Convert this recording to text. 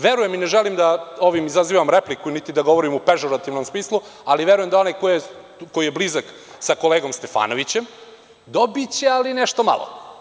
Verujem i ne želim da ovim izazivam repliku niti da govorim u pežorativnom smislu, ali verujem da onaj ko je blizak sa kolegom Stefanovićem, dobiće ali nešto malo.